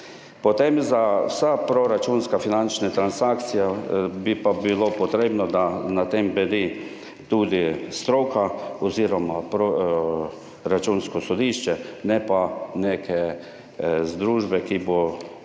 Potem za vsa proračunska, finančne transakcije, bi pa bilo potrebno, da na tem bedi tudi stroka, oziroma Računsko sodišče, ne pa neke združbe, ki bo,